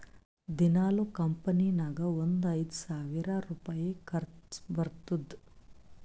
ದಿನಾಲೂ ಕಂಪನಿ ನಾಗ್ ಒಂದ್ ಐಯ್ದ ಸಾವಿರ್ ರುಪಾಯಿ ಖರ್ಚಾ ಬರ್ತುದ್